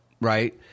right